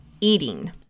eating